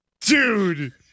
Dude